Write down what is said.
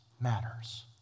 matters